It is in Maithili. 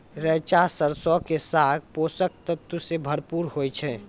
रैचा सरसो के साग पोषक तत्वो से भरपूर होय छै